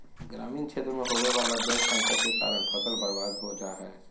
ग्रामीण क्षेत्र मे होवे वला जल संकट के कारण फसल बर्बाद हो जा हय